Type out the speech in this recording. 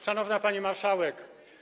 Szanowna Pani Marszałek!